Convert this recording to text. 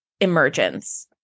emergence